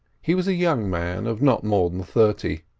he was a young man of not more than thirty,